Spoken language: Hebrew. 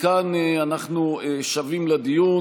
מכאן אנחנו שבים לדיון,